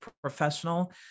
professional